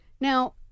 Now